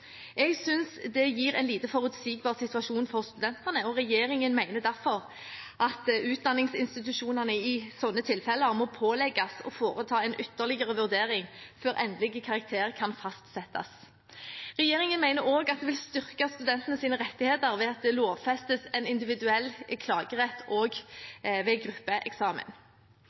Jeg synes det gir en lite forutsigbar situasjon for studentene, og regjeringen mener derfor at utdanningsinstitusjonene i sånne tilfeller må pålegges å foreta en ytterligere vurdering før endelig karakter kan fastsettes. Regjeringen mener også at det vil styrke studentenes rettigheter ved at det lovfestes en individuell klagerett ved gruppeeksamen.